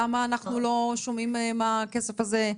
למה אנחנו לא שומעים על הכסף הזה?